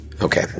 Okay